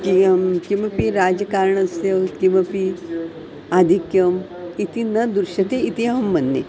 कियं किमपि राजकारणस्य किमपि आधिक्यम् इति न दृश्यते इति अहं मन्ये